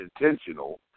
intentional